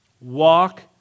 Walk